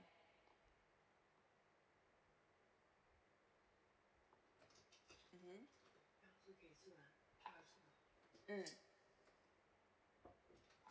mmhmm mm